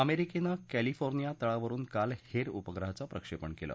अमेरिकेनं कॅलिफोर्निया तळावरुन काल हेर उपग्रहाचं प्रक्षेपण केलं